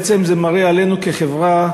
בעצם זה מראה עלינו כחברה,